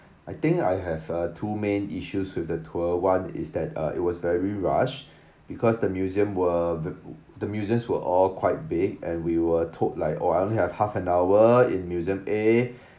I think I have uh two main issues with the tour one is that uh it was very rush because the museum were the the museums were all quite big and we were told like or I only have half an hour in museum A